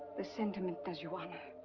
the sentiment does you honor.